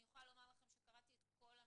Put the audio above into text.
אני יכולה לומר לכם שקראתי את כל המסמכים,